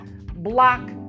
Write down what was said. block